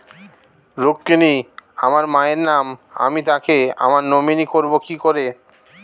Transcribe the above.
রুক্মিনী আমার মায়ের নাম আমি তাকে আমার নমিনি করবো কি করে?